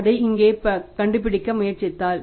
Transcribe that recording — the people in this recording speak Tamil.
அதை இங்கே கண்டுபிடிக்க முயற்சித்தால்